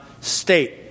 state